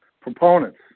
proponents